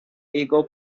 ego